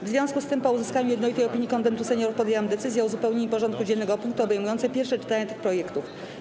W związku z tym, po uzyskaniu jednolitej opinii Konwentu Seniorów, podjęłam decyzję o uzupełnieniu porządku dziennego o punkty obejmujące pierwsze czytania tych projektów.